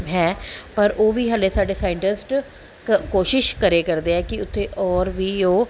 ਹੈ ਪਰ ਉਹ ਵੀ ਹਜੇ ਸਾਡੇ ਸਾਇੰਟਿਸਟ ਕੋਸ਼ਿਸ਼ ਕਰਿਆ ਕਰਦੇ ਆ ਕਿ ਉੱਥੇ ਔਰ ਵੀ ਉਹ